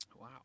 Wow